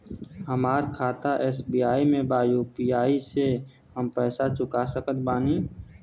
हमारा खाता एस.बी.आई में बा यू.पी.आई से हम पैसा चुका सकत बानी?